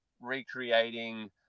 recreating